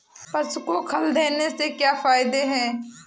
पशु को खल देने से क्या फायदे हैं?